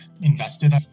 invested